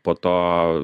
po to